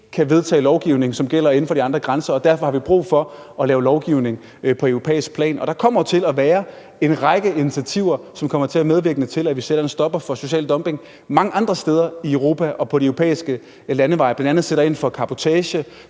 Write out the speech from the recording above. kan vedtage lovgivning, som gælder inden for de andre grænser. Derfor har vi brug for at lave lovgivning på europæisk plan. Og der kommer jo til at være en række initiativer, som kommer til at medvirke til, at vi sætter en stopper for social dumping mange andre steder i Europa og på de europæiske landeveje, bl.a. sætter vi ind over for cabotage,